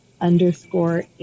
underscore